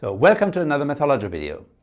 ah welcome to another mathologer video.